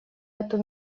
эту